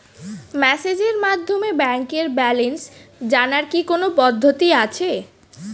মেসেজের মাধ্যমে ব্যাংকের ব্যালেন্স জানার কি কোন পদ্ধতি আছে?